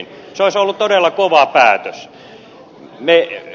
se olisi ollut todella kova päätös